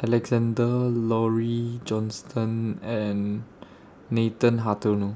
Alexander Laurie Johnston and Nathan Hartono